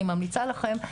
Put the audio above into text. אני ממליצה לכם,